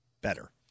better